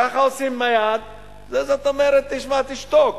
ככה עושים עם היד, זאת אומרת, תשמע, תשתוק.